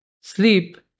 Sleep